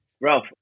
Ralph